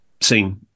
seen